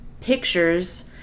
pictures